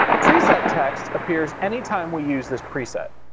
preset text appears anytime we use this preset.